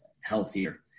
healthier